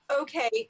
Okay